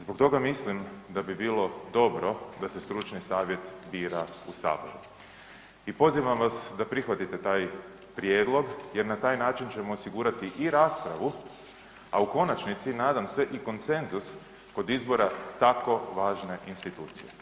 Zbog toga mislim da bi bilo dobro da se stručni savjet bira u Saboru i pozivam vas da prihvatite taj prijedlog jer na taj način ćemo osigurati i raspravu, a u konačnici nadam se i konsenzus kod izbora tako važne institucije.